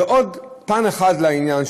ועוד פן אחד לעניין,